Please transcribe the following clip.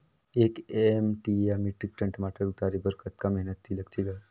एक एम.टी या metric ton टमाटर उतारे बर कतका मेहनती लगथे ग?